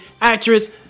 actress